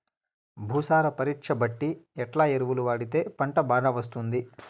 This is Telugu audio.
భూసార పరీక్ష బట్టి ఎట్లా ఎరువులు వాడితే పంట బాగా వస్తుంది?